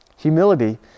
Humility